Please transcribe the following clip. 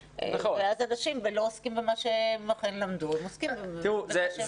ואז אנשים לא עוסקים במה שהם למדו אלא עוסקים בתחומים אחרים.